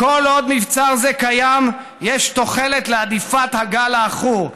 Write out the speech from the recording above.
כל עוד מבצר זה קיים, יש תוחלת להדיפת הגל העכור".